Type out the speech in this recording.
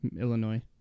Illinois